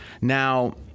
Now